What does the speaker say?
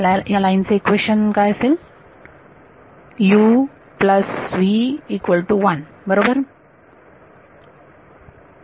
या लाइन् चे इक्वेशन काय असेल uv1 बरोबर